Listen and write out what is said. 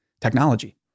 technology